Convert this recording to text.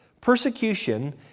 Persecution